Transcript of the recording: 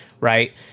right